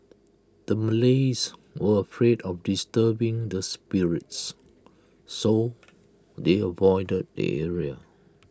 the Malays were afraid of disturbing the spirits so they avoided the area